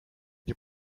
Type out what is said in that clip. nie